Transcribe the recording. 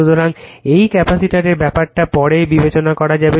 সুতরাং এই ক্যাপাসিটরের ব্যাপারটা পরে বিবেচনা করা যাবে